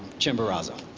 chimborazo!